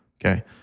Okay